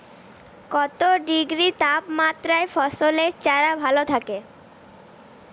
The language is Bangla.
কত ডিগ্রি তাপমাত্রায় ফসলের চারা ভালো থাকে?